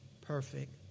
perfect